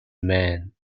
man